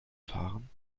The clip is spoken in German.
fahren